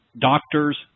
doctors